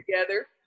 together